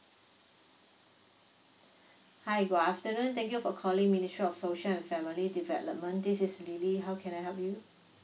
hi good afternoon thank you for calling ministry of social and family development this is lily how can I help you